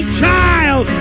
child